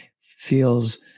feels